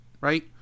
right